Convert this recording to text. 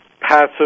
passive